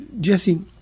Jesse